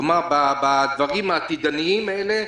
כלומר, בדברים העתידיים האלה.